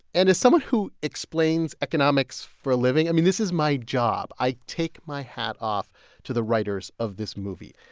and as someone who explains economics for a living, i mean, this is my job. i take my hat off to the writers of this movie.